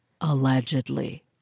Allegedly